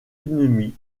ennemis